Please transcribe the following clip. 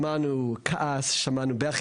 שמענו כעס, שמענו בכי.